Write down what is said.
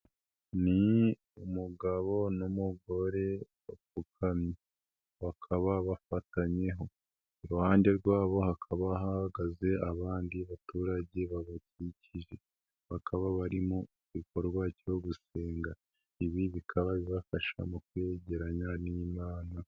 Ni umugabo n'umugore bapfukamye, akaba bafatanye. Iruhande rwabo hakaba hahagaze abandi baturage babakikije, bakaba bari mu gikorwa cyo gusenga ,ibi bikaba bibafasha mu kwiyegeranya n'Imana.